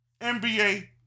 NBA